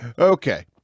okay